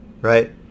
right